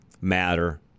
matter